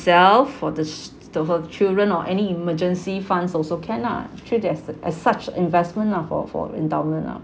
for this the for the children or any emergency funds also can lah actually there's as such investment lah for for endowment ah